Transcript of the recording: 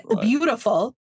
Beautiful